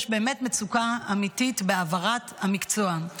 יש מצוקה אמיתית בהעברת המקצוע.